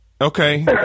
Okay